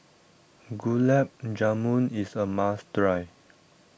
Gulab Jamun is a must try